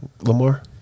Lamar